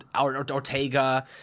Ortega